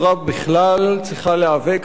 צריכה להיאבק נגד טרור,